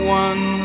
one